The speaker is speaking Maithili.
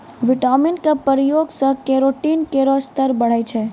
विटामिन क प्रयोग सें केरोटीन केरो स्तर बढ़ै छै